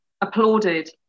applauded